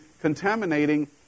contaminating